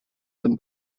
dem